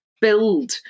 build